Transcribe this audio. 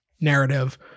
narrative